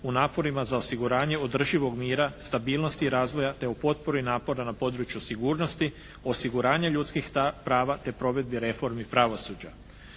u naporima za osiguranje održivog mira, stabilnosti i razvoja te u potpori i naporu na području sigurnosti, osiguranje ljudskih prava te provedbi reformi pravosuđa.